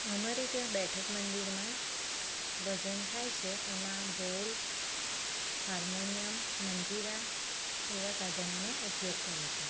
અમારે ત્યાં બેઠક મંદિરમાં ભજન થાય છે એમાં ઢોલ હાર્મોનિયમ મંજીરાં એવાં સાધનોનો ઉપયોગ કરે છે